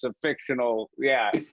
ah fictional yeah.